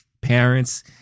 parents